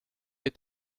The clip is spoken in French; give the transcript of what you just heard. est